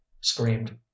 screamed